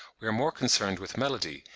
we are more concerned with melody,